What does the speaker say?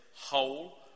whole